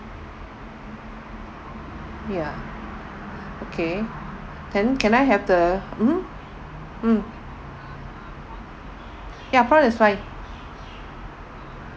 ya okay then can I have the mmhmm mm ya prawn is fine